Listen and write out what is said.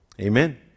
Amen